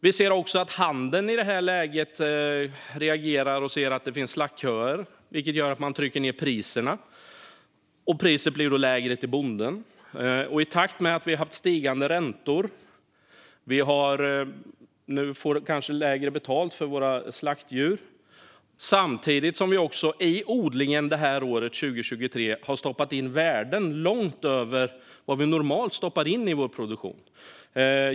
Vi ser också att handeln reagerar i detta läge och ser att det finns slaktköer. Det gör att man trycker ned priserna, och priset till bonden blir då lägre. I takt med stigande räntor får jordbrukarna kanske också sämre betalt för sina slaktdjur. Samtidigt har jordbrukarna under detta år, 2023, stoppat in värden långt över vad de normalt stoppar in i produktionen.